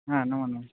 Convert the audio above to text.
हा नमो नमः